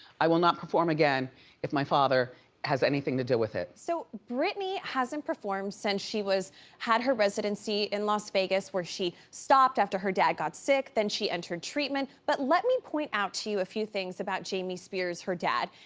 i will not perform again if my father has anything to do with it. so britney hasn't performed since she had her residency in las vegas, where she stopped after her dad got sick, then she entered treatment. but let me point out to you a few things about jamie spears, her dad.